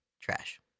Trash